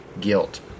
guilt